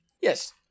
Yes